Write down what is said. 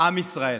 עם ישראל.